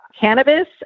cannabis